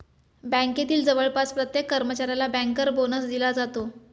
बँकेतील जवळपास प्रत्येक कर्मचाऱ्याला बँकर बोनस दिला जातो